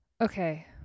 Okay